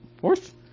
Fourth